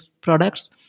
products